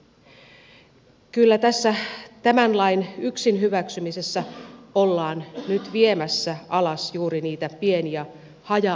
kyllä tässä tämän lain yksin hyväksymisessä ollaan nyt viemässä alas juuri niitä pieniä haja asutusalueiden yksiköitä